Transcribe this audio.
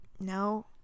no